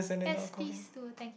yes please do thanks